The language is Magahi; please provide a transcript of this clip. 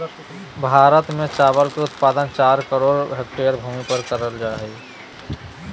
भारत में चावल के उत्पादन चार करोड़ हेक्टेयर भूमि पर कइल जा हइ